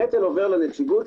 הנטל עובר לנציגות,